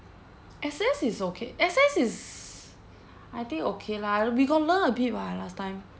Access is okay Access is I think okay lah we got learn a bit [what] last time